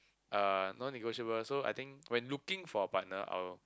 uh non negotiable so I think when looking for a partner I'll